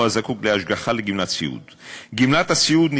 או זקוק להשגחה, לגמלת סיעוד.